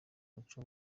muco